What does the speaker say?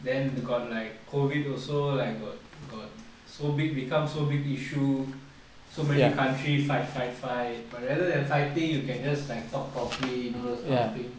then got like COVID also like got got so big become so big issue so many country fight fight fight but rather than fighting you can just like talk properly you know those kind of thing